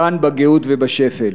כאן בגאות ובשפל.